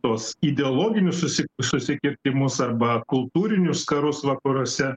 tuos ideologinius susi susikirtimus arba kultūrinius karus vakaruose